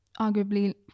arguably